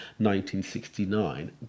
1969